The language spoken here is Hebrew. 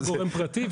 זה היה גורם פרטי.